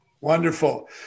Wonderful